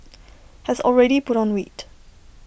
has already put on weight